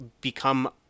become